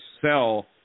sell